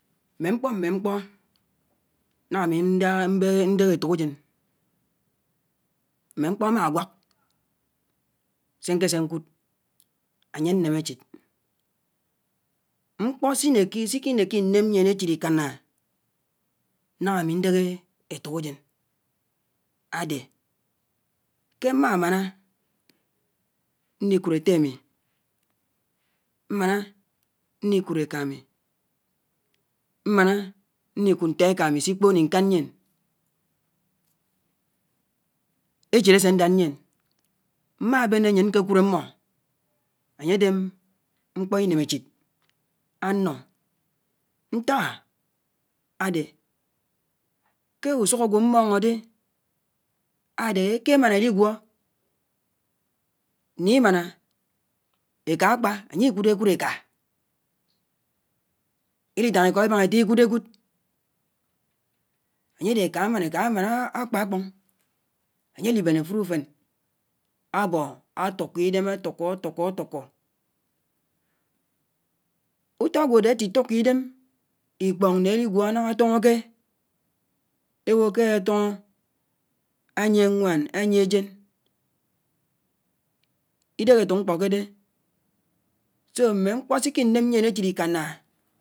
. mme ñkpo mme ñkpọ ñanga and ndẽhẽ etokajen mme ñkpọ ama añwák se ñke sẹ akúd anye añemechid-ñkpo sékiñeke iném ñyien echid ikaña ñaúga ami ñdche etok ajen ade: ke mma máná ñkikúd ette ami, mana ñlikud eka ami, mana ñlikúd ntọ eka ami sikpoon ikañ ñyien echid ase adad ñyien. Mma bene añyeñ ñke ñkúd ammọ anye ade ñkpo inéméchid aññọ ñkak a ade ke úsúk ag̃wo mmọngȯáde adẽkẽ ehe emáné eligwọ ne imáná akpa. Anye ikudekud eka elitáñg ikọ ebañga ette ikidékúd anye eka amain eka akpa akpong anye alibem afulo úfen abọ, atukọ idem atuko atuko. utọ agwo ade atitúkọ idem ikpọñg na aliguọ nañga atónóke ewo ke afono anyii nwan anyie ajen idihe efok ñkpọ ke ade. Mme ñkpọ so ekinem ñyien echid ikána.